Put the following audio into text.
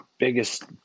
Biggest